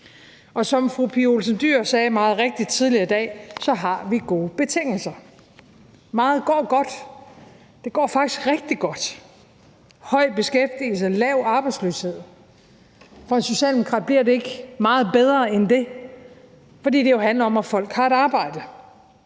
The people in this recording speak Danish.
og som fru Pia Olsen Dyhr meget rigtigt sagde tidligere i dag, har vi gode betingelser. Meget går godt. Det går faktisk rigtig godt. Der er høj beskæftigelse og lav arbejdsløshed. For en socialdemokrat bliver det ikke meget bedre end det, fordi det jo handler om, at folk har et arbejde.